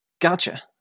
Gotcha